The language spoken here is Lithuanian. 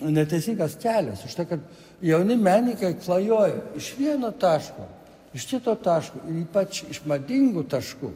neteisingas kelias už tai kad jauni menininkai klajoja iš vieno taško iš kito taško ypač iš madingų taškų